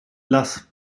las